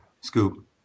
Scoop